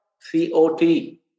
C-O-T